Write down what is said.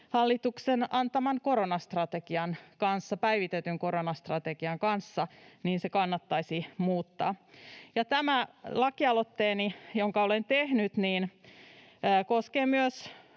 hallituksen antaman päivitetyn koronastrategian kanssa, eli se kannattaisi muuttaa. Tämä lakialoitteeni, jonka olen tehnyt, koskee myös